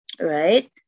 right